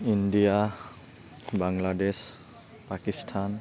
India Bangladesh Pakistan